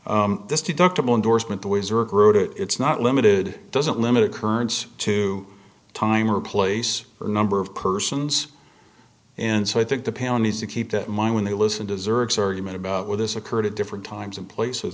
way it's not limited doesn't limit occurrence to time or place or number of persons and so i think the palin needs to keep in mind when they listen deserves argument about where this occurred at different times and places